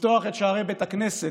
לפתוח את שערי בית הכנסת,